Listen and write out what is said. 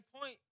point